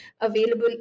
available